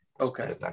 Okay